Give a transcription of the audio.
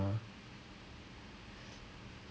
ya but now we now like oh